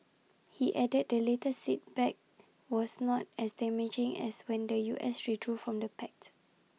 he added the latest setback was not as damaging as when the U S withdrew from the pact